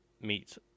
meet